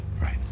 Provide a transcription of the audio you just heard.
Right